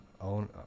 own